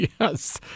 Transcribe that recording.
Yes